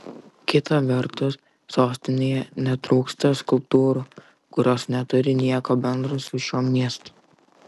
kita vertus sostinėje netrūksta skulptūrų kurios neturi nieko bendro su šiuo miestu